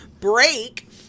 break